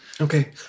okay